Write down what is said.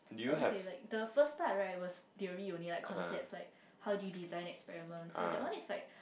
okay like the first part right was theory only like concepts like how do you design experiments so that one is like